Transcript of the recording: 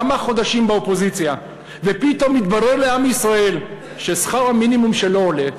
כמה חודשים באופוזיציה ופתאום יתברר לעם ישראל ששכר המינימום שלא עולה,